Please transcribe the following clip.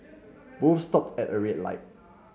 both stopped at a red light